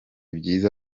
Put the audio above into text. byiza